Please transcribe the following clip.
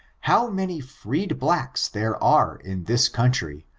how many freed blacks there are in this country,